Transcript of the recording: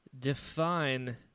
define